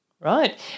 right